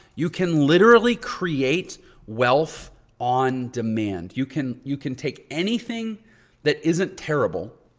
you can literally create wealth on demand. you can, you can take anything that isn't terrible,